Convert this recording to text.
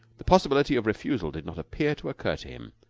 the possibility of refusal did not appear to occur to him.